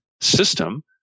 system